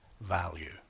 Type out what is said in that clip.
value